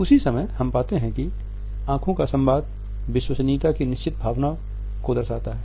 उसी समय हम पाते हैं कि आँखों का संवाद विश्वसनीयता की निश्चित भावना दर्शाता है